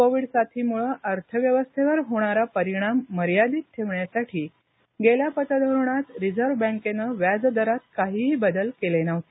Covid साथीमुळे अर्थव्यवस्थेवर होणारा परिणाम मर्यादित ठेवण्यासाठी गेल्या पतधोरणात रिझर्व्ह बँकेनं व्याजदरात काहीही बदल केले नव्हते